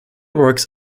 works